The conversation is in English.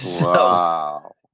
Wow